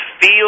feel